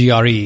GRE